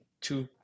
two